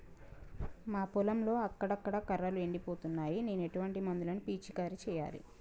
మా పొలంలో అక్కడక్కడ కర్రలు ఎండిపోతున్నాయి నేను ఎటువంటి మందులను పిచికారీ చెయ్యాలే?